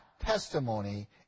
testimony